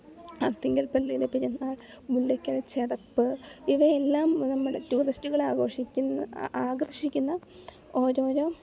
അർത്തിങ്കൽ പള്ളിയിലെ പെരുനാൾ മുണ്ടയ്ക്കൽ ചെതപ്പ് ഇവയെല്ലാം നമ്മുടെ ടൂറിസ്റ്റുകളെ ആഘോഷിക്കുന്ന ആകർഷിക്കുന്ന ഓരോരോ